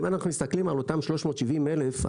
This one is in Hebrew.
אם אנחנו מסתכלים על אותם 370 אלף,